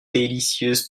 délicieuses